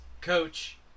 Coach